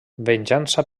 venjança